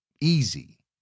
easy